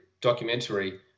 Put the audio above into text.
documentary